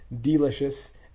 delicious